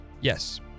Yes